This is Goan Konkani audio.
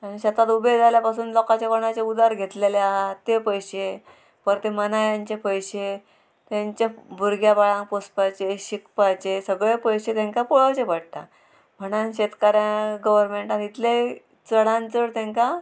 आनी शेतांत उबे जाल्या पासून लोकाच्या कोणाचे उदार घेतलेले आहा तें पयशे परते मनायचे पयशे तेंच्या भुरग्या पाळांग पोसपाचे शिकपाचे सगळे पयशे तांकां पळोवचे पडटा म्हणून शेतकारां गोवर्नमेंटान इतले चडान चड तेंकां